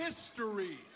History